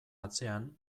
atzean